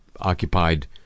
occupied